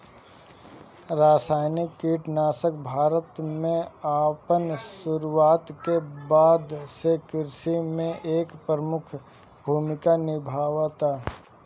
रासायनिक कीटनाशक भारत में अपन शुरुआत के बाद से कृषि में एक प्रमुख भूमिका निभावता